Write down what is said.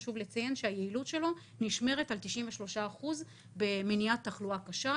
חשוב לציין שהיעילות שלו נשמרת על 93% במניעת תחלואה קשה,